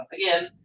Again